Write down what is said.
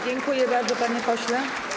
Dziękuję bardzo, panie pośle.